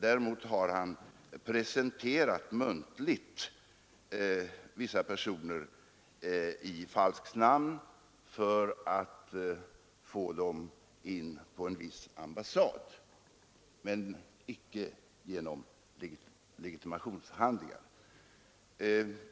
Däremot har han muntligen presenterat vissa personer i falskt namn — alltså icke genom legitimationshandlingar — för att få dem in på en viss ambassad.